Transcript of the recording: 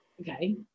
Okay